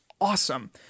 awesome